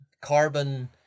carbon